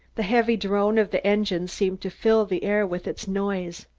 the heavy drone of the engines seemed to fill the air with its noise.